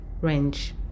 range